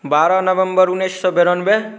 बारह नवम्बर उनैस सओ बेरानवे